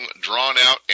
drawn-out